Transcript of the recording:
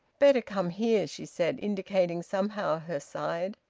better come here, she said, indicating somehow her side.